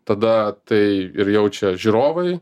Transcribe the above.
tada tai ir jaučia žiūrovai